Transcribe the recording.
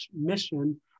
mission